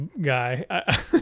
guy